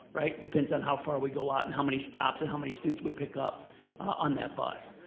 right? depends on how far we go out and how many stops and how many students we pick up on that bus.